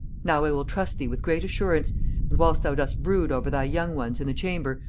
now i will trust thee with great assurance and whilst thou dost brood over thy young ones in the chamber,